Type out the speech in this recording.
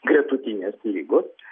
gretutinės ligos